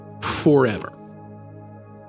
Forever